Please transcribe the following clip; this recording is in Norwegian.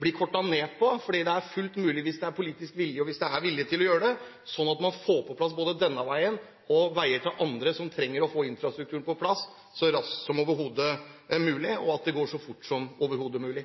blir kortet ned – for det er fullt mulig hvis det er politisk vilje og vilje til å gjøre det – sånn at man får på plass både denne veien og veier til andre som trenger å få infrastrukturen på plass så raskt som overhodet mulig, og at det går så fort som overhodet mulig?